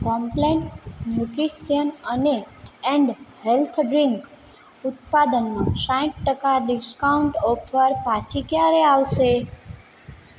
complain nutrition અને and health drink ઉત્પાદનમાં સાઠ ટકા ડિસ્કાઉન્ટ ઓફર પાછી ક્યારે આવશે